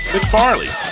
McFarley